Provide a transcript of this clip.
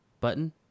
button